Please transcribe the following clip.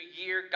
year